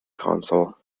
console